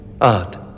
Art